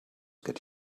get